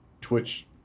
twitch